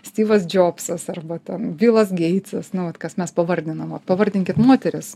stivas džobsas arba ten bilas geitsas nu vat kas mes pavardinom ot pavardinkit moteris